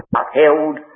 upheld